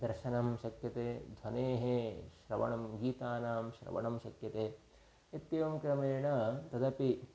दर्शनं शक्यते ध्वनेः श्रवणं गीतानां श्रवणं शक्यते इत्येवं क्रमेण तदपि